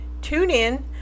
TuneIn